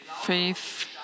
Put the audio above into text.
Faith